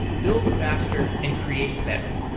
build faster and create better.